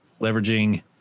leveraging